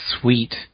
sweet